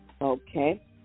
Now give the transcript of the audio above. okay